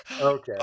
Okay